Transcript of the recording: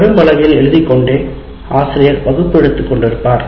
கரும்பலகையில் எழுதிக்கொண்டே ஆசிரியர் வகுப்பு எடுத்துக் கொண்டிருப்பார்